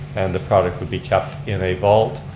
and the product would be kept in a vault.